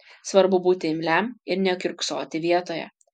svarbu būti imliam ir nekiurksoti vietoje